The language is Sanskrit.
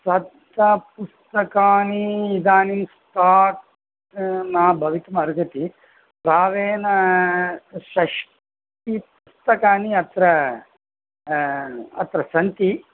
कथापुस्तकानि इदानीं स्टाक् न भवितुमर्हति प्रायेण षष्टिपुस्तकानि अत्र अत्र सन्ति